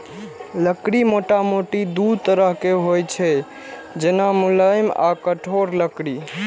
लकड़ी मोटामोटी दू तरहक होइ छै, जेना, मुलायम आ कठोर लकड़ी